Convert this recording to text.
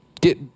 get